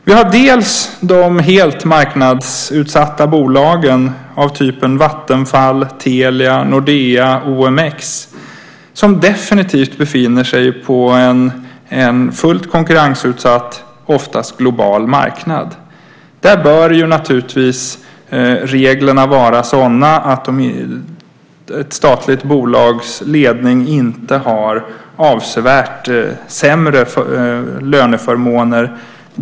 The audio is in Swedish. Vi har de helt marknadsutsatta bolagen av typen Vattenfall, Telia, Nordea och OMX som definitivt befinner sig på en fullt konkurrensutsatt, oftast global, marknad. Där bör reglerna naturligtvis vara sådana att ett statligt bolags ledning inte har avsevärt sämre löneförmåner.